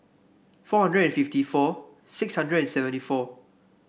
four hundred and fifty four six hundred and seventy four